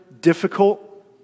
difficult